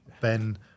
Ben